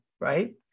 right